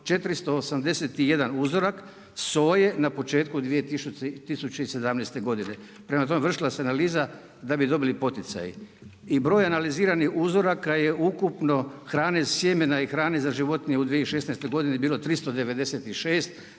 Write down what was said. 481 uzorak soje na početku 2017. godine. Prema tome, vršila se analiza da bi dobili poticaj. I broj analiziranih uzoraka je ukupno hrane sjemena i hrane za životinje u 2016. godini bili 396,